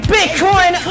Bitcoin